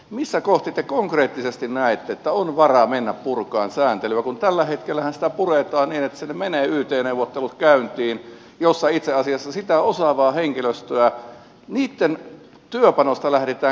missä kohti te konkreettisesti näette että on varaa mennä purkamaan sääntelyä kun tällä hetkellähän sitä puretaan niin että siellä menee yt neuvottelut käyntiin joissa itse asiassa sen osaavan henkilöstön työpanosta lähdetään keventämään